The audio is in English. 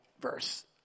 verse